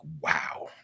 wow